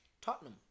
Tottenham